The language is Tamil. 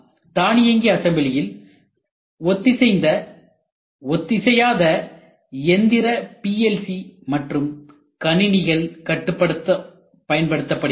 தானியங்கி அசம்பிளியில் ஒத்திசைந்த ஒத்திசையாத எந்திர PLC மற்றும் கணினிகள் கட்டுப்படுத்த பயன்படுத்தப்படுகிறது